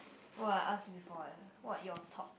oh I asked you before what what your top